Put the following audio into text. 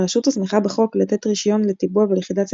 הרשות הוסמכה בחוק לתת רישיון לטיבוע ולכידת ציפורים,